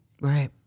Right